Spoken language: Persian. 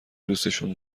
دوسشون